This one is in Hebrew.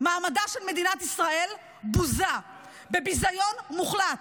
מעמדה של מדינת ישראל בוזה בביזיון מוחלט.